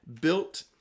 built